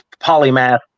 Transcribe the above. polymath